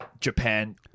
Japan